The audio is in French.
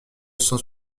cent